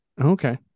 Okay